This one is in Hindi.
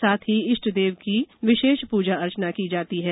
साथ ही इष्टदेव की विशेष पूजा अर्चना की जाती है